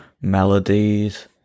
melodies